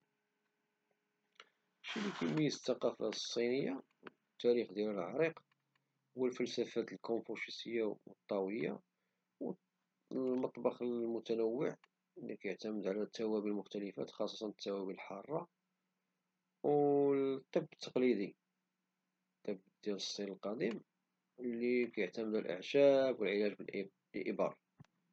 شي لي كيميز الثقافة الصينية هو التاريخ ديالها العريق والفلسفة الكونفوشسية والطاوية والمطبخ المتنوع لي كيعتمد على التوابل -خاصة الحارة- والطب التقليدي ، الطب ديال الصين العظيم لي كيعتمد على الأعشاب والعلاج بالإبر.